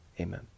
amen